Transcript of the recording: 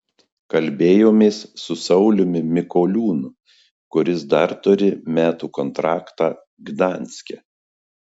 kalbėjomės su sauliumi mikoliūnu kuris dar turi metų kontraktą gdanske